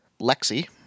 Lexi